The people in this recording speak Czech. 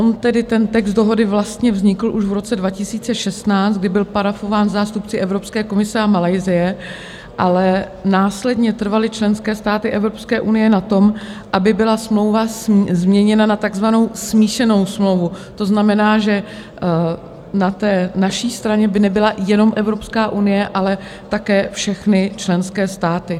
On tedy text dohody vlastně vznikl už v roce 2016, kdy byl parafován zástupci Evropské komise a Malajsie, ale následně trvaly členské státy Evropské unie na tom, aby byla smlouva změněna na takzvanou smíšenou smlouvu, to znamená, že na té naší straně by nebyla jenom Evropská unie, ale také všechny členské státy.